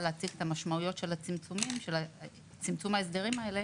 להציג את המשמעויות של צמצום ההסדרים האלה